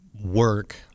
work